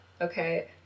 Okay